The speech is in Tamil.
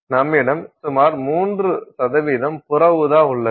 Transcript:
நம்மிடம் சுமார் 3 புற ஊதா உள்ளது